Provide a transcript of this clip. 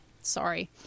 Sorry